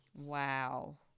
Wow